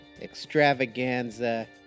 extravaganza